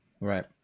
Right